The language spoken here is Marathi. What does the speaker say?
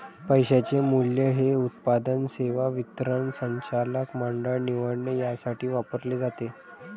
पैशाचे मूल्य हे उत्पादन, सेवा वितरण, संचालक मंडळ निवडणे यासाठी वापरले जाते